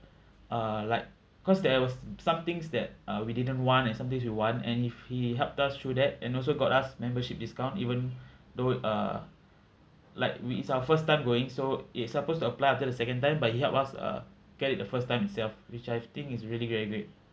uh like cause there was some things that uh we didn't want and some things we want and if he helped us through that and also got us membership discount even though uh like we it's our first time going so it's supposed to apply after the second time but he help us uh get it the first time itself which I think is really very great